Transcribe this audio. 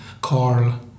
Carl